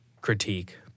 critique